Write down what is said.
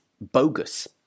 bogus